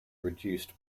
reduced